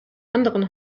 anderen